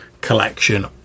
collection